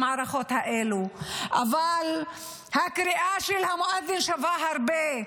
אבל הקריאה של המואזין שווה הרבה.